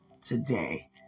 today